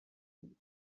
بود